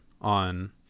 on